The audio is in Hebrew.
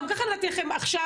גם ככה נתתי לכן עכשיו,